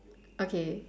okay